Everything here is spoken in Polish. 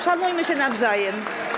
Szanujmy się nawzajem.